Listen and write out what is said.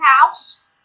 house